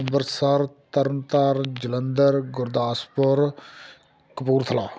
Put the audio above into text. Amritsar Tarn Taran Jalandhar Gurdaspur Kapurthala